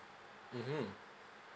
mmhmm